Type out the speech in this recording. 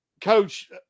coach